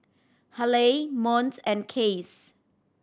Haleigh Monts and Case